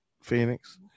Phoenix